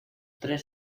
tres